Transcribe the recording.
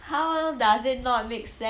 how does it not make sense